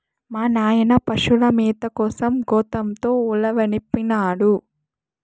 మా నాయన పశుల మేత కోసం గోతంతో ఉలవనిపినాడు